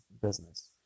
business